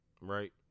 right